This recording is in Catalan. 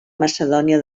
macedònia